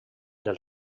del